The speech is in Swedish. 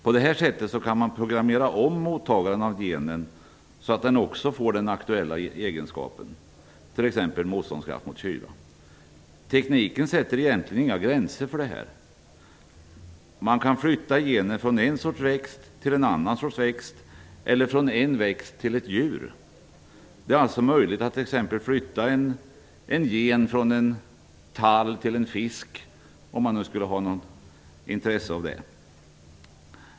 På det sättet kan man programmera om mottagaren av genen så att den också får den aktuella egenskapen, motståndskraft mot kyla. Tekniken sätter egentligen inga gränser för detta. Man kan flytta gener från en sorts växt till en annan sorts växt eller från en växt till ett djur. Det är alltså möjligt att t.ex. flytta en gen från en tall till en fisk, om man nu skulle ha något intresse av det.